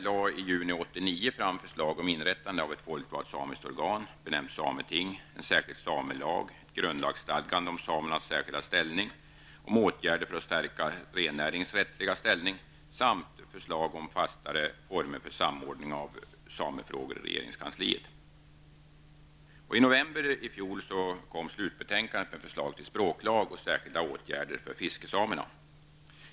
sameting --, en särskild samelag, ett grundlagsstadgande om samernas särskilda ställning och om åtgärder för att stärka rennäringens rättsliga ställning samt förslag om fastare former för samordning av samefrågor i regeringskansliet. I november i fjol kom slutbetänkandet med förslag till språklag och särskilda åtgärder för fiskesamerna.